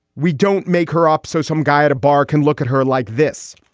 we don't make her up. so some guy at a bar can look at her like this.